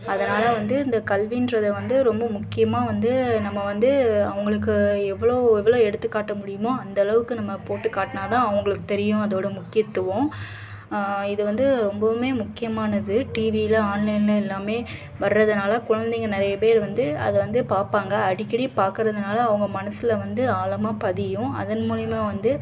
அதனால் வந்து இந்த கல்வின்றதை வந்து ரொம்ப முக்கியமாக வந்து நம்ம வந்து அவங்களுக்கு எவ்வளோ எவ்வளோ எடுத்துக்காட்ட முடியுமோ அந்த அளவுக்கு நம்ம போட்டு காட்டினா தான் அவங்களுக்கு தெரியும் அதோடய முக்கியத்துவம் இது வந்து ரொம்பவுமே முக்கியமானது டிவியில ஆன்லைன்ல எல்லாமே வர்றதனால குழந்தைங்க நிறைய பேர் வந்து அதை வந்து பார்ப்பாங்க அடிக்கடி பார்க்குறதுனால அவங்க மனசில் வந்து ஆழமா பதியும் அதன் மூலயமா வந்து